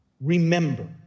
remember